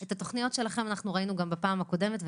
את התוכניות שלכם ראינו גם בפעם הקודמת,